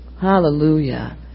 Hallelujah